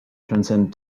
transcend